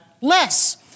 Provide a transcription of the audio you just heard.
less